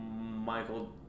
Michael